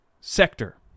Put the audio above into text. sector